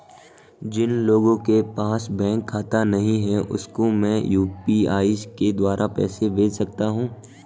जिन लोगों के पास बैंक खाता नहीं है उसको मैं यू.पी.आई के द्वारा पैसे भेज सकता हूं?